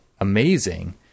amazing